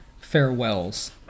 farewells